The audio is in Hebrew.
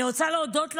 אני רוצה להודות לכם.